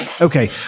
Okay